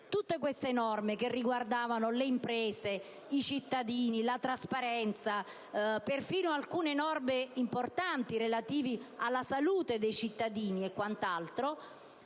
Tutte queste norme, che riguardano le imprese, i cittadini, la trasparenza (perfino alcune norme importanti relative alla salute dei cittadini) sono